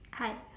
hi